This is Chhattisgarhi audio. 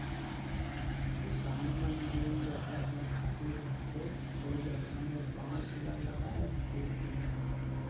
किसान मन जेन जघा हर खाली रहथे ओ जघा में बांस ल लगाय देतिन